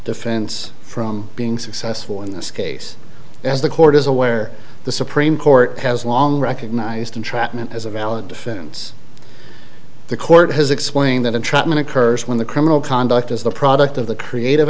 defense from being successful in this case as the court is aware the supreme court has long recognized entrapment as a valid defense the court has explained that entrapment occurs when the criminal conduct is the product of the creative